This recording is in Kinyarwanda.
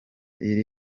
iri